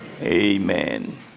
Amen